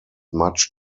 much